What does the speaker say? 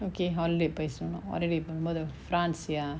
okay holiday place you know what they even what the france ya